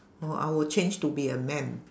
orh I will change to be a man